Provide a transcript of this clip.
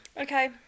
Okay